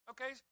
Okay